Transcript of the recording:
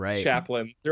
chaplains